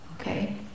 Okay